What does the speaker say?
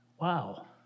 Wow